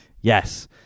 Yes